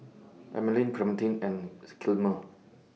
Emaline Clementine and Gilmer